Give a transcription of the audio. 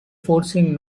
forcing